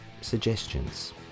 suggestions